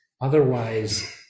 otherwise